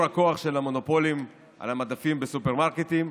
הכוח של המונופולים על המדפים בסופרמרקטים,